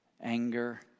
anger